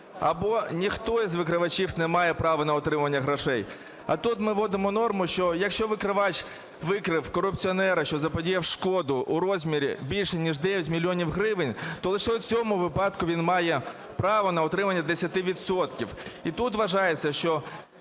Або ніхто з викривачів не має права на отримання грошей. А тут ми вводимо норму, що якщо викривач викрив корупціонера, що заподіяв шкоду у розмірі більш ніж 9 мільйонів гривень, то лише в цьому випадку він має право на отримання десяти відсотків. І тут вважається, що